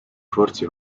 forze